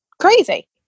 crazy